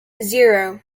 zero